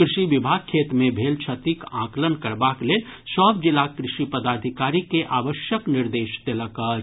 कृषि विभाग खेत मे भेल क्षतिक आकलन करबाक लेल सभ जिला कृषि पदाधिकारी के आवश्यक निर्देश देलक अछि